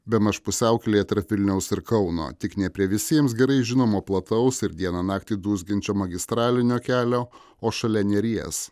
bemaž pusiaukelėje tarp vilniaus ir kauno tik ne prie visiems gerai žinomo plataus ir dieną naktį dūzgiančio magistralinio kelio o šalia neries